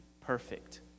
perfect